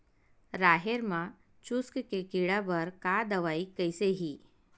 राहेर म चुस्क के कीड़ा बर का दवाई कइसे ही?